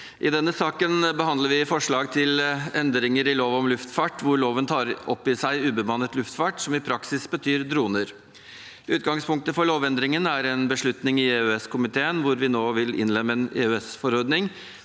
I denne saken behandler vi forslag til endringer i lov om luftfart, hvor loven tar opp i seg ubemannet luftfart, som i praksis betyr droner. Utgangspunktet for lovendringen er en beslutning i EØS-komiteen, hvor vi nå vil innlemme en EØS-forordning